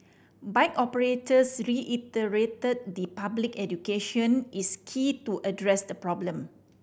bike operators reiterated the public education is key to address the problem